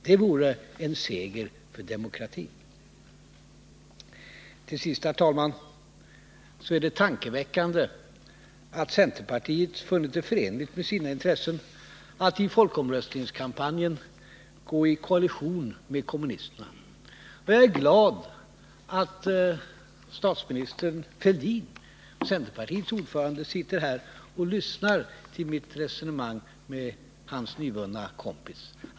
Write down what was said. Det vore en seger för demokratin. Till sist: Det är, herr talman, tankeväckande att centerpartiet har funnit det förenligt med sina intressen att i folkomröstningskampanjen gå i koalition med kommunisterna. Jag är glad att statsminister Fälldin, centerpartiets ordförande, sitter här och lyssnar till mitt resonemang med hans nyvunne kompis.